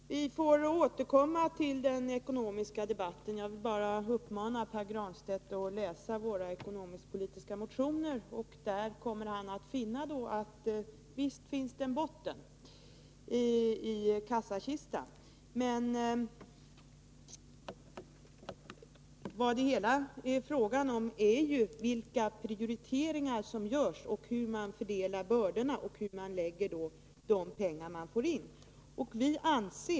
Fru talman! Vi får återkomma till den ekonomiska debatten. Jag vill bara uppmana Pär Granstedt att läsa våra ekonomisk-politiska motioner. Där kommer han att finna att det visst finns en botten i kassakistan. Vad det hela är fråga om är vilka prioriteringar som görs, hur man fördelar bördorna och var man lägger pengarna.